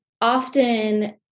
often